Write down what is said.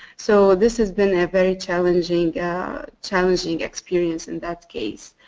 so this has been a very challenging challenging experience in that case.